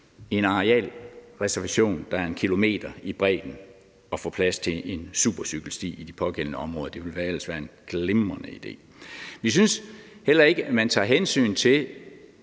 en arealreservation, der er 1 km i bredden, at få plads til en supercykelsti i det pågældende område – det ville ellers være en glimrende idé. Vi synes heller ikke, at man tager hensyn til